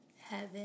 Heaven